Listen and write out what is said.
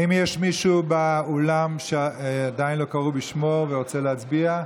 האם יש מישהו באולם שעדיין לא קראו בשמו ורוצה להצביע?